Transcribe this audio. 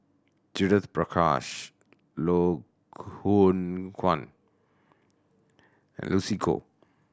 Judith Prakash Loh Hoong Kwan and Lucy Koh